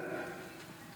(קוראת בשמות חברי הכנסת)